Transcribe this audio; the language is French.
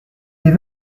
des